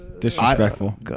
disrespectful